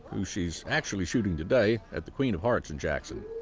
who she's actually shooting today at the queen of hearts in jackson.